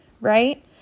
Right